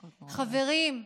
חברים,